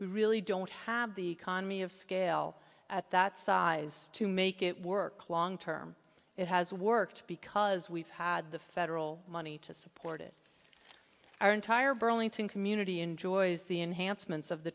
we really don't have the economy of scale at that size to make it work long term it has worked because we've had the federal money to support it our entire burlington community enjoys the enhancements of the